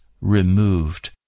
removed